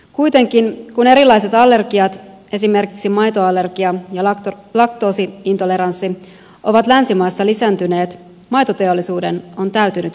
kuitenkin kun erilaiset allergiat esimerkiksi maitoallergia ja laktoosi intoleranssi ovat länsimaissa lisääntyneet maitoteollisuuden on täytynyt tähän reagoida